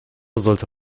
sollte